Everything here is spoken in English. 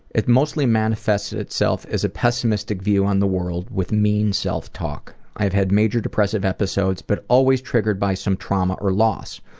it mostly manifests itself as a pessimistic view on the world with mean self-talk. i've had major depressive episodes but always triggered by some trauma or loss,